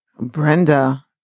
Brenda